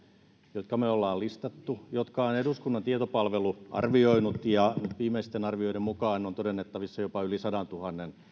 jotka me olemme listanneet jotka on eduskunnan tietopalvelu arvioinut ja viimeisten arvioiden mukaan on todennettavissa jopa yli sadantuhannen